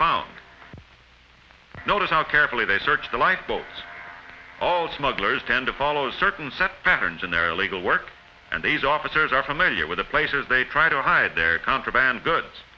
found notice how carefully they search the lifeboat all smugglers tend to follow a certain set patterns in their legal work and these officers are familiar with the places they try to hide their contraband goods